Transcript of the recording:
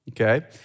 Okay